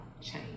change